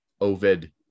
Ovid